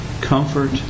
comfort